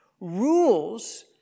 Rules